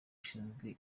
ushinzwe